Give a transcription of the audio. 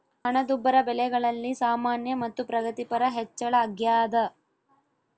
ಹಣದುಬ್ಬರ ಬೆಲೆಗಳಲ್ಲಿ ಸಾಮಾನ್ಯ ಮತ್ತು ಪ್ರಗತಿಪರ ಹೆಚ್ಚಳ ಅಗ್ಯಾದ